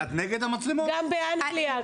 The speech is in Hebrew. גם באנגליה,